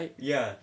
ya